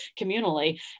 communally